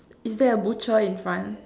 is there a butcher in front